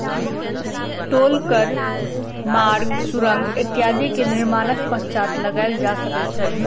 टोल कर मार्ग, सुरंग इत्यादि के निर्माणक पश्चात लगायल जा सकै छै